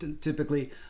typically